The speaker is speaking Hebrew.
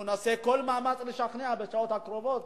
אנחנו נעשה כל מאמץ לשכנע בשעות הקרובות,